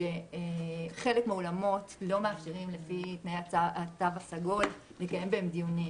שחלק מהאולמות לא מאפשרים לפי תנאי התו הסגול לקיים בהם דיונים.